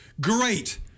great